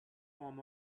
form